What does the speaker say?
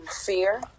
fear